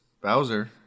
Bowser